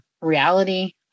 reality